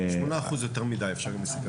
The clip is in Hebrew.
8% יותר מדי, מאיפה שאני מסתכל על זה.